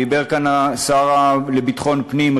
דיבר כאן השר לביטחון פנים,